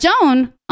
joan